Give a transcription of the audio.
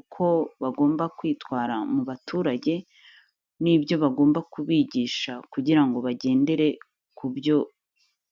uko bagomba kwitwara mu baturage n'ibyo bagomba kubigisha kugira ngo bagendere ku byo